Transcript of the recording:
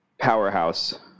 powerhouse